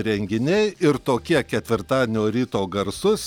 renginiai ir tokie ketvirtadienio ryto garsus